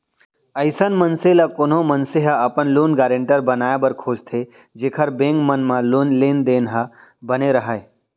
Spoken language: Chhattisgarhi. अइसन मनसे ल कोनो मनसे ह अपन लोन गारेंटर बनाए बर खोजथे जेखर बेंक मन म लेन देन ह बने राहय